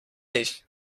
ich